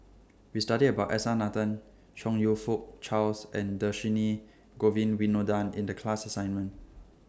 We studied about S R Nathan Chong YOU Fook Charles and Dhershini Govin Winodan in The class assignment